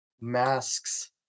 masks